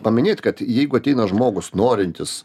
paminėt kad jeigu ateina žmogus norintis